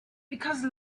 because